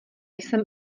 jsem